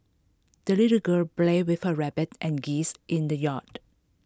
the little girl played with her rabbit and geese in the yard